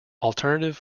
alternative